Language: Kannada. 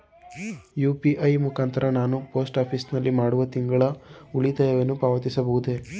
ಯು.ಪಿ.ಐ ಮುಖಾಂತರ ನಾನು ಪೋಸ್ಟ್ ಆಫೀಸ್ ನಲ್ಲಿ ಮಾಡುವ ತಿಂಗಳ ಉಳಿತಾಯವನ್ನು ಪಾವತಿಸಬಹುದೇ?